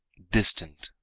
distant,